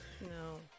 no